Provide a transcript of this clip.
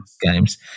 games